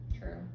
True